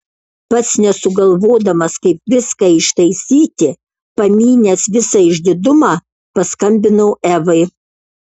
pats nesugalvodamas kaip viską ištaisyti pamynęs visą išdidumą paskambinau evai